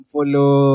Follow